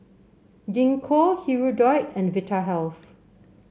Gingko Hirudoid and Vitahealth